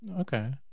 okay